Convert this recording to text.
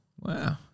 Wow